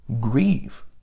Grieve